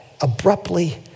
abruptly